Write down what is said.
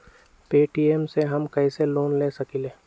Paytm से हम कईसे लोन ले सकीले?